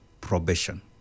probation